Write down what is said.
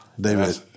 David